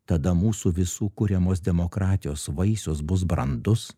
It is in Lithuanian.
tada mūsų visų kuriamos demokratijos vaisius bus brandus